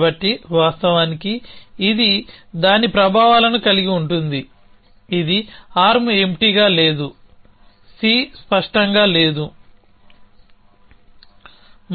కాబట్టి వాస్తవానికి ఇది దాని ప్రభావాలను కలిగి ఉంటుంది ఇది ఆర్మ్ ఎంప్టీగా లేదు C స్పష్టంగా లేదు